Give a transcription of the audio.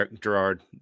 Gerard